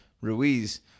Ruiz